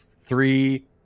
three